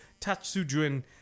Tatsujin